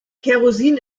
kerosin